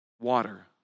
water